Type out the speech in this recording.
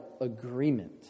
agreement